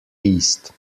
east